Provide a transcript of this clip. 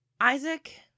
Isaac